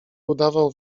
udawał